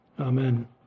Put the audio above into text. Amen